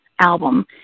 album